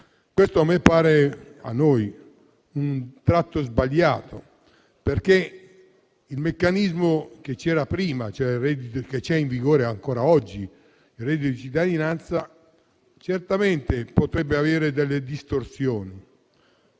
Questo a noi appare un tratto sbagliato perché il meccanismo che c'era prima ed è in vigore ancora oggi, il reddito di cittadinanza, certamente presenta delle distorsioni,